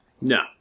No